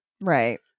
Right